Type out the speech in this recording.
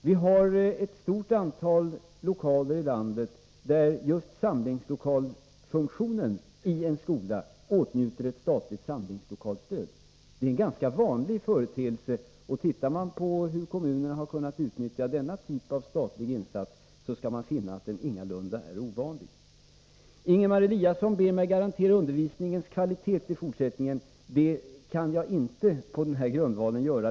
Det finns ett stort antal fall i landet där just samlingslokalfunktio = Nr 21 nen i en skola åtnjuter ett statligt samlingslokalstöd. Det är en ganska vanlig företeelse, och tittar man på hur kommunerna har kunnat utnyttja denna typ av statlig insats skall man finna att den ingalunda är ovanlig. Ingemar Eliasson ber mig garantera undervisningens kvalitet i fortsättningen. Det kan jag inte göra på den grundval som nu finns.